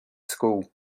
school